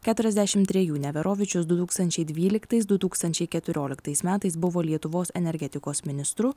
keturiasdešim trejų neverovičius du tūkstančiai dvyliktais du tūkstančiai keturioliktais metais buvo lietuvos energetikos ministru